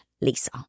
Lisa